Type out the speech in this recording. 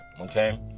okay